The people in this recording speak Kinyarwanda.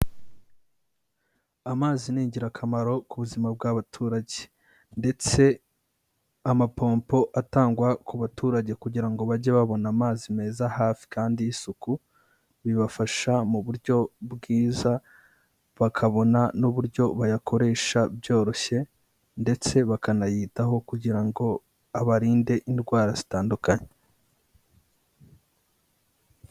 Amazi ni ingirakamaro ku buzima bw'abaturage ndetse amapompo atangwa ku baturage kugira ngo bajye babona amazi meza hafi kandi y'isuku, bibafasha mu buryo bwiza bakabona n'uburyo bayakoresha byoroshye ndetse bakanayitaho kugira ngo abarinde indwara zitandukanye.